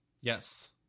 Yes